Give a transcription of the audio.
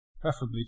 preferably